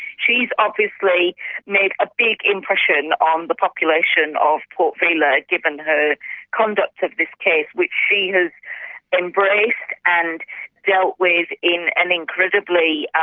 she has obviously made a big impression on the population of port vila, given her conduct of this case which she has embraced and dealt with in an incredibly,